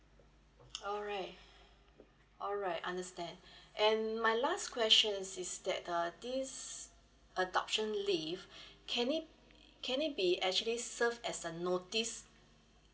alright alright understand and my last question is is that a this adoption leave can it can it be actually serve as a notice